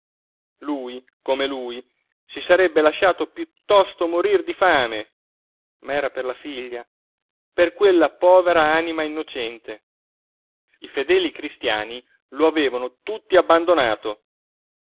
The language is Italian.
lui come lui si sarebbe lasciato piuttosto morir di fame ma era per la figlia per quella povera anima innocente i fedeli cristiani lo avevano tutti abbandonato